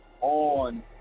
on